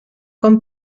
com